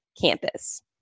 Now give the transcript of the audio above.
campus